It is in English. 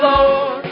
Lord